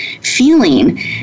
feeling